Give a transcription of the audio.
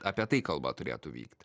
apie tai kalba turėtų vykt